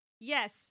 Yes